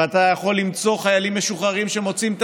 ואתה יכול למצוא חיילים משוחררים שמוצאים את